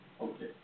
Okay